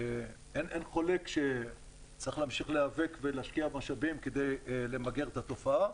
אין חולק שצריך להמשיך להיאבק ולהשקיע משאבים כדי למגר את התופעה.